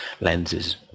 lenses